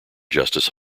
justice